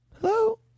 hello